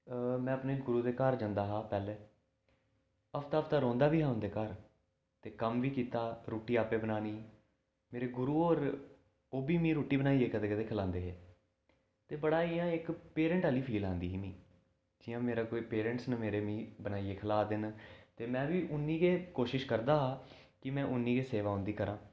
मैं अपने गुरू दे घर जंदा हा पैह्ले हप्ता हप्ता रौंह्दा बी हा उंदे घर ते कम्म बी कीता रूट्टी आपै बनानी मेरे गुरू होर ओह् बी मी रुट्टी बनाइयै कदें कदें खलांदे हे ते बड़ा इ'यां इक पेरैंट आह्ली फील आंदी ही मी जियां मेरा कोई कोई पेरैंटस न मेरे मी बनाइयै खला दे न ते मैं बी उन्नी गै कोशिश करदा हा कि मैं उन्नी गै सेवा उंदी करां